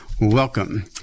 welcome